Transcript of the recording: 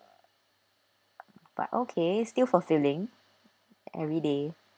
but okay still fulfilling every day